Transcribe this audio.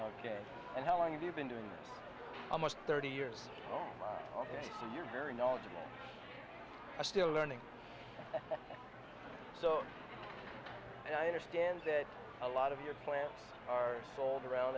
ok and how long you've been doing almost thirty years and you're very knowledgeable i'm still learning so i understand that a lot of your plants are sold around